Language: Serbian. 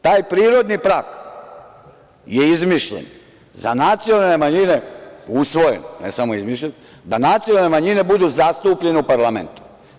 Taj prirodni prag je izmišljen, za nacionalne manjine usvojen, ne samo izmišljen, da nacionalne manjine budu zastupljene u parlamentu.